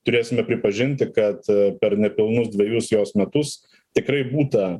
turėsime pripažinti kad per nepilnus dvejus jos metus tikrai būta